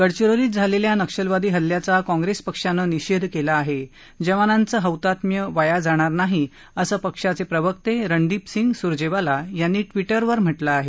गडचिरोलीत झालेल्या नक्षलवादी हल्ल्याचा काँग्रेस पक्षानं निषेध केला आहे जवांनाचं हौताम्य वाया जाणार नाही असं पक्षाचे प्रवक्ते रणदिप सिंग सुरजेवाला यांनी ट्विटर वर म्हटलं आहे